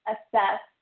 Assess